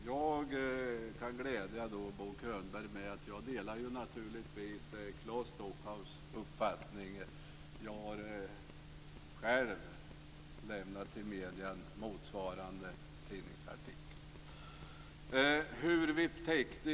Herr talman! Jag kan glädja Bo Könberg med att jag naturligtvis delar Claes Stockhaus uppfattning. Jag har själv lämnat en motsvarande tidningsartikel till medierna.